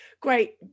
great